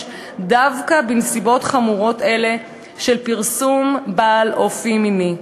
דווקא בנסיבות החמורות האלה של פרסום בעל אופי מיני.